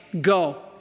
go